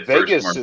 Vegas